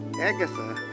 Agatha